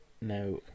now